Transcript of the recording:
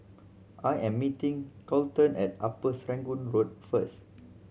I am meeting Colten at Upper Serangoon Road first